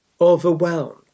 overwhelmed